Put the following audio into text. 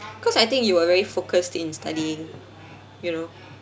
cause I think you were very focused in studying you know